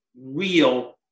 real